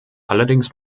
allerdings